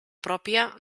pròpia